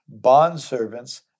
bondservants